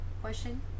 Question